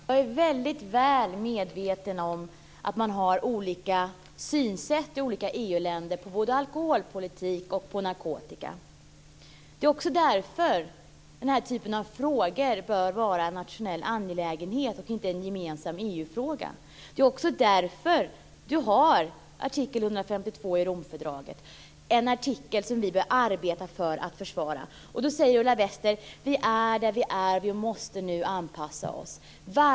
Fru talman! Jag är väldigt väl medveten om att man har olika synsätt i olika EU-länder i fråga om både alkoholpolitik och narkotika. Det är därför som den här typen av frågor bör vara en nationell angelägenhet och inte en gemensam EU-fråga. Det är också därför vi har artikel 152 i Romfördraget, en artikel som vi bör arbeta för att försvara. Då säger Ulla Vester: Vi är där vi är. Vi måste nu anpassa oss.